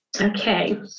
okay